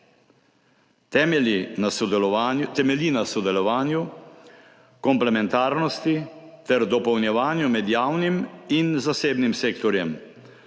Temelji na sodelovanju, komplementarnosti ter dopolnjevanju med javnim in zasebnim sektorjem.